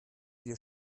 wir